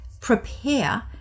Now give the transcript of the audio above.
prepare